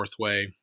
Northway